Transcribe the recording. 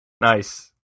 Nice